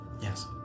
yes